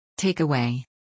Takeaway